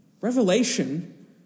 Revelation